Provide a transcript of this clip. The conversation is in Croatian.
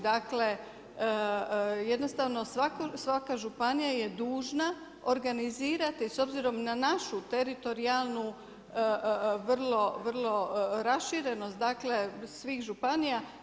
Dakle jednostavno svaka županija je dužna organizirati s obzirom na našu teritorijalnu, vrlo raširenost dakle svih županija.